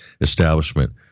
establishment